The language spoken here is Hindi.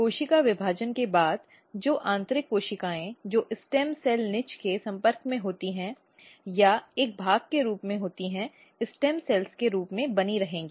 कोशिका विभाजन के बाद जो आंतरिक कोशिकाएं जो स्टेम सेल निच के संपर्क में होती हैं या एक भाग के रूप में होती हैं स्टेम सेल्स के रूप में बनी रहेंगी